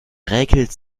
räkelt